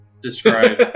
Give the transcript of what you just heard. describe